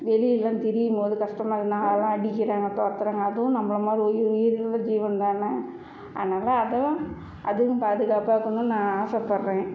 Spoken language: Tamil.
வெளியிலலாம் திரியும்போது கஷ்டமா இருக்குது நாயெல்லாம் அடிக்கிறாங்க துரத்துறாங்க அதுவும் நம்மள மாதிரி ஒரு உயிருள்ள ஜீவன் தானே அதனால் அதையும் அதுக்கும் பாதுகாப்பாக இருக்கணும்னு நான் ஆசைப்பட்றேன்